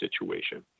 situation